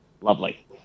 lovely